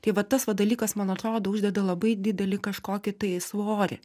tai va tas va dalykas man atrodo uždeda labai didelį kažkokį tai svorį